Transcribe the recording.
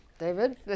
David